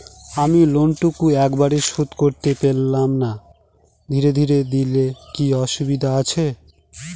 আমি লোনটুকু একবারে শোধ করতে পেলাম না ধীরে ধীরে দিলে কি অসুবিধে আছে?